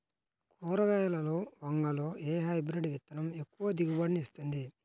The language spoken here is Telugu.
కూరగాయలలో వంగలో ఏ హైబ్రిడ్ విత్తనం ఎక్కువ దిగుబడిని ఇస్తుంది?